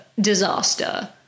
disaster